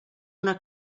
una